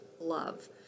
love